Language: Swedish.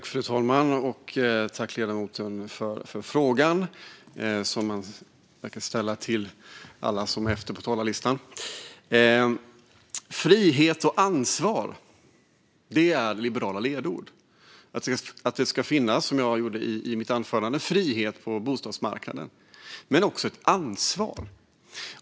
Fru talman! Jag tackar ledamoten för frågan, som han verkar ställa till alla som är efter honom på talarlistan. Frihet och ansvar är liberala ledord. Som jag sa i mitt anförande ska det finnas frihet på bostadsmarknaden men också ett ansvar.